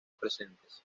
presentes